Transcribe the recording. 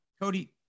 Cody